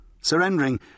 Surrendering